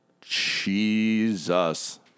Jesus